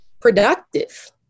productive